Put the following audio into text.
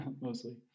mostly